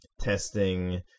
testing